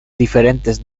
diferentes